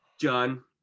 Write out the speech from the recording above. john